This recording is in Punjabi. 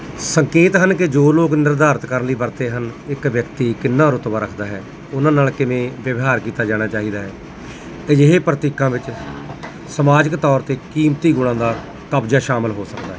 ਸੰਕੇਤ ਹਨ ਕਿ ਜੋ ਲੋਕ ਨਿਰਧਾਰਿਤ ਕਰਨ ਲਈ ਵਰਤਦੇ ਹਨ ਇੱਕ ਵਿਅਕਤੀ ਕਿੰਨਾ ਰੁਤਬਾ ਰੱਖਦਾ ਹੈ ਉਹਨਾਂ ਨਾਲ ਕਿਵੇਂ ਵਿਵਹਾਰ ਕੀਤਾ ਜਾਣਾ ਚਾਹੀਦਾ ਹੈ ਅਜਿਹੇ ਪ੍ਰਤੀਕਾਂ ਵਿੱਚ ਸਮਾਜਿਕ ਤੌਰ 'ਤੇ ਕੀਮਤੀ ਗੁਣਾਂ ਦਾ ਕਬਜ਼ਾ ਸ਼ਾਮਿਲ ਹੋ ਸਕਦਾ ਹੈ